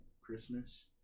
Christmas